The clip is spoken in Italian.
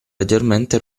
leggermente